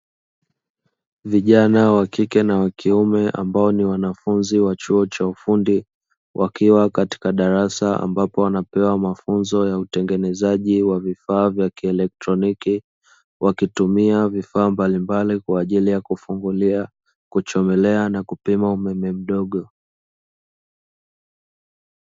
Vijana wa kike na wa kiume ambao ni wanafunzi wa chuo cha ufundi, wakiwa katika darasa ambapo wanapewa mafunzo ya utengenezaji wa vifaa vya kielektroniki, wakitumia vifaa mbalimbali kwa ajili ya kufungulia kuchomelea na kupima umeme mdogo.